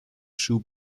shoes